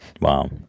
wow